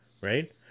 right